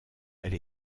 elle